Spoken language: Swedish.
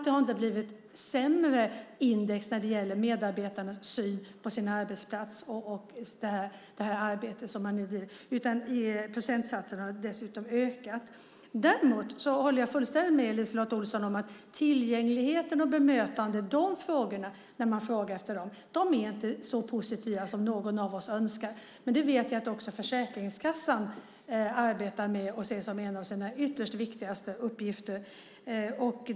Det har inte blivit sämre index när det gäller medarbetarnas syn på sin arbetsplats och det arbete som man nu bedriver. Procentsatsen har ökat. Däremot håller jag fullständigt med LiseLotte Olsson om att när man frågar om tillgängligheten och bemötandet är det inte så positivt som vi önskar. Men det vet jag att också Försäkringskassan arbetar med och ser som en av sina viktigaste uppgifter.